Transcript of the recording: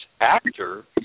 actor